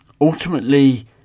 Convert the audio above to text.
ultimately